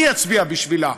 אני אצביע בשבילה.